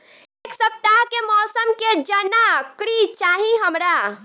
एक सपताह के मौसम के जनाकरी चाही हमरा